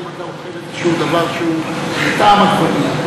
היום אתה אוכל איזשהו דבר שהוא בטעם עגבנייה.